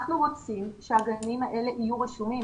אנחנו רוצים שהגנים האלה יהיו רשומים.